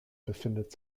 befindet